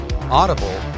Audible